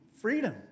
freedom